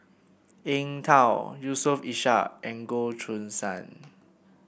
Eng Tow Yusof Ishak and Goh Choo San